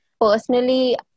Personally